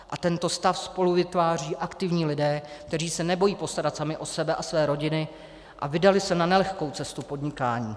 A tento stav spoluvytvářejí aktivní lidé, kteří se nebojí postarat sami o sebe a své rodiny a vydali se na nelehkou cestu podnikání.